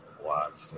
Watch